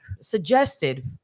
suggested